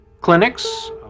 Clinics